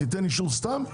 תיתן אישור סתם?